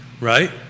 Right